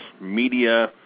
media